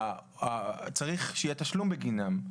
צריך שיהיה תשלום בגינם.